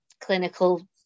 clinical